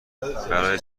برای